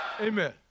Amen